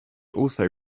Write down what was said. also